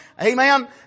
amen